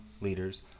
leaders